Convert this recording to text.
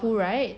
cool right